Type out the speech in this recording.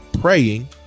praying